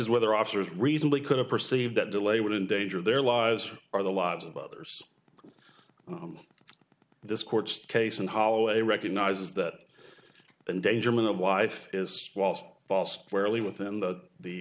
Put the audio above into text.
is whether officers reasonably could have perceived that delay would endangered their lives or the lives of others oh this court case and holloway recognizes that endangerment of wife is last fall squarely within the